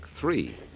three